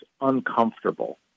uncomfortable